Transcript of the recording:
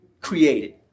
created